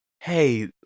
Hey